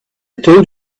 told